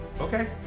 Okay